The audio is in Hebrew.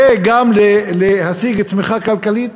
וגם להשיג צמיחה כלכלית,